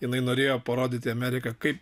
jinai norėjo parodyti ameriką kaip